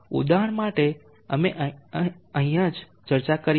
ઉદાહરણ માટે અમે હમણાં જ ચર્ચા કરી હતી